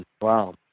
Wow